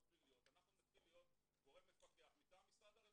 פליליות אנחנו נתחיל להיות גורם מפקח מטעם משרד הרווחה.